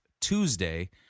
Tuesday